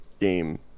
Game